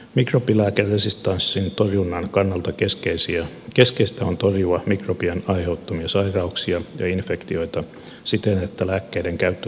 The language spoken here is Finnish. mikrobilääkeresistenssin torjunnan kannalta keskeistä on torjua mikrobien aiheuttamia sairauksia ja infektioita siten että lääkkeiden käyttötarve vähenee